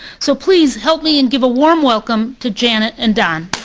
so please help me and give a warm welcome to janet and don.